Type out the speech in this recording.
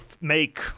make